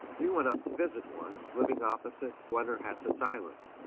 we went up to visit one, living opposite blennerhassett's island.